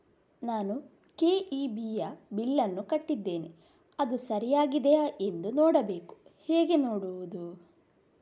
ನಾನು ಕೆ.ಇ.ಬಿ ಯ ಬಿಲ್ಲನ್ನು ಕಟ್ಟಿದ್ದೇನೆ, ಅದು ಸರಿಯಾಗಿದೆಯಾ ಎಂದು ನೋಡಬೇಕು ಹೇಗೆ ನೋಡುವುದು?